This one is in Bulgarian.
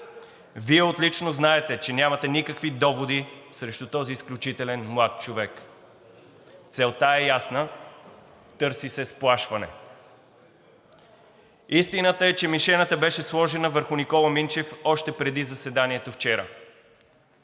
Вие отлично знаете, че нямате никакви доводи срещу този изключително млад човек. Целта е ясна – търси се сплашване. Истината е, че мишената беше сложена върху Никола Минчев още преди заседанието вчера.